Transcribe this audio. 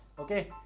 okay